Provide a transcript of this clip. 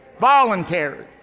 Voluntary